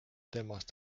temast